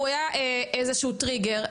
אם מישהו מרגיש שצבע העור שלו היה איזשהו טריגר,